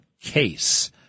case